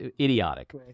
idiotic